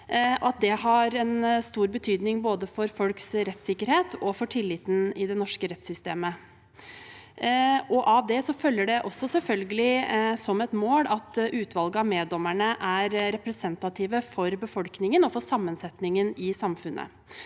det har en stor betydning både for folks rettssikkerhet og for tilliten i det norske rettssystemet. Av det følger det også, selvfølgelig, som et mål at utvalget av meddommerne er representative for befolkningen og for sammensetningen i samfunnet.